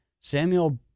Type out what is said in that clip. Samuel